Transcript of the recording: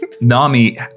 Nami